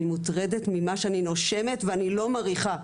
אני מוטרדת ממה שאני נושמת ואני לא מריחה.